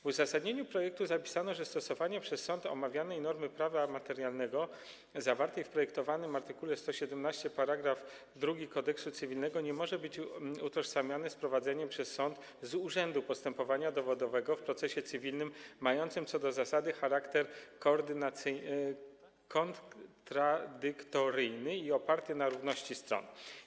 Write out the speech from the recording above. W uzasadnieniu projektu zapisano, że stosowanie przez sąd omawianej normy prawa materialnego zawartej w projektowanym art. 117 § 2 Kodeksu cywilnego nie może być utożsamiane z prowadzeniem przez sąd z urzędu postępowania dowodowego w procesie cywilnym mającym co do zasady charakter kontradyktoryjny i opartym na równości stron.